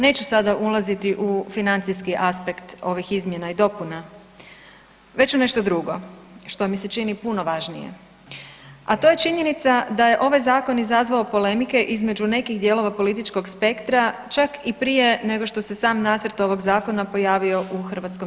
Neću sada ulaziti u financijski aspekt ovih izmjena i dopuna već u nešto drugo što mi se čini puno važnije, a to je činjenica da je ovaj zakon izazvao polemike između nekih dijelova političkog spektra čak i prije nego što se sam nacrt ovog zakona pojavio u HS.